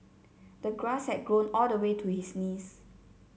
the grass had grown all the way to his knees